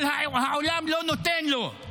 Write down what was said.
אבל העולם לא נותן לו.